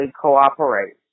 cooperate